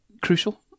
crucial